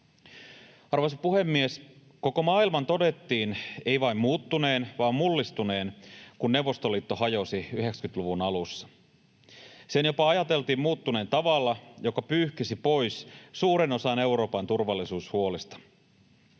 Arvoisa puhemies! Koko maailman todettiin ei vain muuttuneen vaan mullistuneen, kun Neuvostoliitto hajosi 90-luvun alussa. Sen jopa ajateltiin muuttuneen tavalla, joka pyyhkisi pois suuren osan Euroopan turvallisuushuolista.